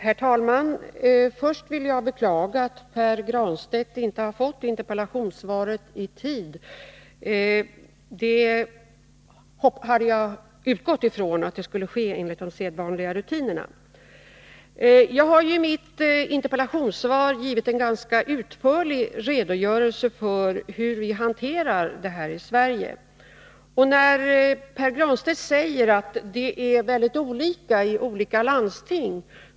Herr talman! Först vill jag beklaga att Pär Granstedt inte fått interpellationssvaret i tid. Jag hade utgått ifrån att det skulle gå enligt de sedvanliga rutinerna. I mitt interpellationssvar har jag givit en ganska utförlig redogörelse för hur vi hanterar frågan om blodgivningen i Sverige. Pär Granstedt säger att det är mycket olika i olika landsting.